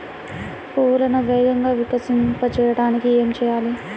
పువ్వులను వేగంగా వికసింపచేయటానికి ఏమి చేయాలి?